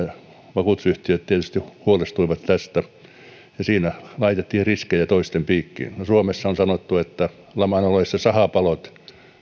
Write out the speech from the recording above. vakuutusyhtiöt tietysti huolestuivat tästä siinä laitettiin riskejä toisten piikkiin no suomessa on sanottu että laman ollessa sahapalot